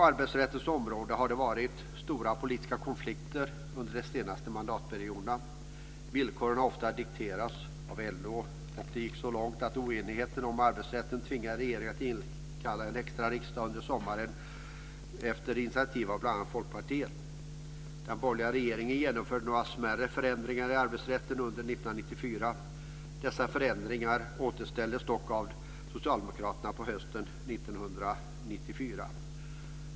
Det har varit stora politiska konflikter på arbetsrättens områden under de senaste mandatperioderna. Villkoren har ofta dikterats av LO. Det gick så långt att oenigheten om arbetsrätten tvingade regeringen att inkalla en extra riksdag under sommaren efter initiativ av bl.a. Folkpartiet. Den borgerliga regeringen genomförde några smärre förändringar i arbetsrätten under 1994. Dessa förändringar återställdes dock av Socialdemokraterna på hösten 1994.